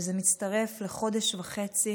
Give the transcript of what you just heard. וזה מצטרף לחודש וחצי